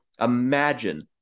Imagine –